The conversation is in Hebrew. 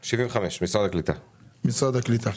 לא.